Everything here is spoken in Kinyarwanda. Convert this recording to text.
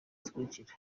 zikurikira